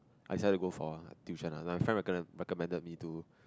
I decide to go for tuition lah my friend reco~ recommended me to